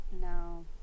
No